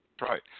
Right